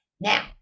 Now